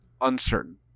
uncertain